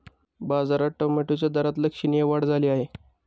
बाजारात टोमॅटोच्या दरात लक्षणीय वाढ झाली आहे